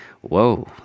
whoa